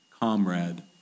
comrade